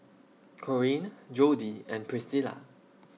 Corene Jodie and Priscila